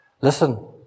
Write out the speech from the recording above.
Listen